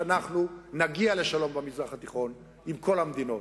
שאנחנו נגיע לשלום במזרח התיכון עם כל המדינות.